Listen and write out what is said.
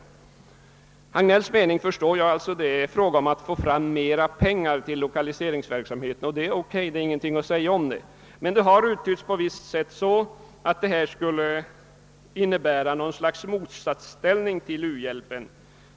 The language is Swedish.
Herr Hagnells mening förstår jag — det är fråga om att få fram mera pengar till lokaliseringsverksamheten. Det är OK och ingenting att säga om. Detta har uttytts som att det skulle innebära något slags motsatsställning till u-hjälpen.